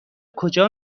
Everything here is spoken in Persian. کجا